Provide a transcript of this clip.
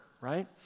right